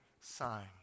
sign